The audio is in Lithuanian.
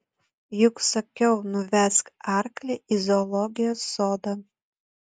juk sakiau nuvesk arklį į zoologijos sodą